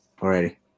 Already